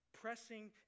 pressing